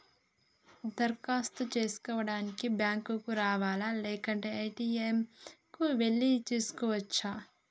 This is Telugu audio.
దరఖాస్తు చేసుకోవడానికి బ్యాంక్ కు రావాలా లేక ఏ.టి.ఎమ్ కు వెళ్లి చేసుకోవచ్చా?